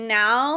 now